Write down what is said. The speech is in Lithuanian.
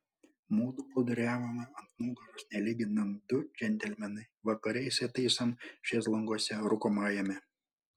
mudu plūduriavome ant nugaros nelyginant du džentelmenai vakare įsitaisom šezlonguose rūkomajame